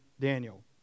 Daniel